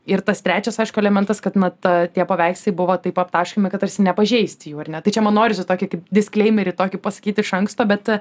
ir tas trečias aišku elementas kad na ta tie paveikslai buvo taip aptaškomi kad tarsi nepažeisti jų ar ne tai čia man norisi tokį kaip diskleimerį tokį pasakyt iš anksto bet